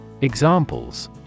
Examples